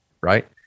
right